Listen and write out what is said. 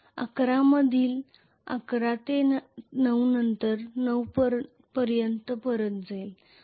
11 मधील 11 ते 9 नंतर 9 पर्यंत परत जाईल